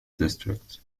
district